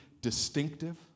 distinctive